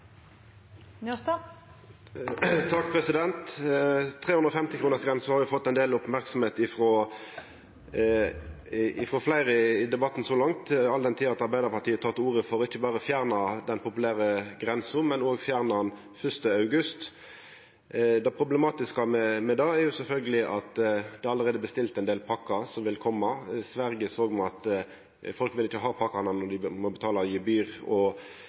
har fått ein del merksemd frå fleire i debatten så langt, all den tid Arbeidarpartiet tek til orde for ikkje berre å fjerna den populære grensa, men òg fjerna ho den 1. august. Det problematiske med det er sjølvsagt at det allereie er bestilt ein del pakker som vil koma. I Sverige såg me at folk ikkje ville ha pakkene når dei måtte betala gebyr, moms og